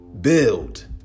build